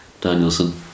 Danielson